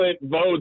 votes